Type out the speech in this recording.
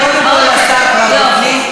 קודם כול, השר כבר בפנים.